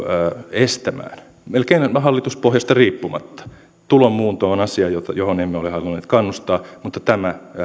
estämään melkein hallituspohjasta riippumatta tulonmuunto on asia johon emme ole halunneet kannustaa mutta tämä